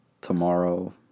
Tomorrow